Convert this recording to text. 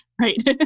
right